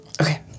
Okay